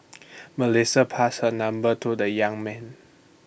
Melissa passed her number to the young man